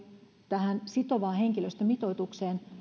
tähän sitovaan henkilöstömitoitukseen